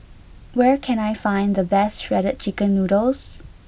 where can I find the best shredded chicken noodles